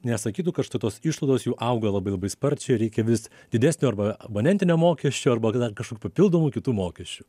nesakytų kad štai tos išlaidos jų auga labai labai sparčiai reikia vis didesnio arba abonentinio mokesčio arba dar kažkokių papildomų kitų mokesčių